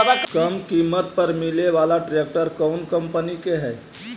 कम किमत पर मिले बाला ट्रैक्टर कौन कंपनी के है?